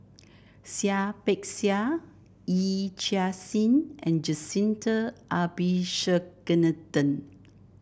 Seah Peck Seah Yee Chia Hsing and Jacintha Abisheganaden